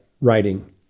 writing